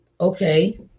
Okay